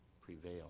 prevail